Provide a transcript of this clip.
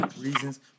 reasons